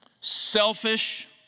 selfish